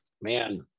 Man